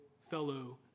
fellow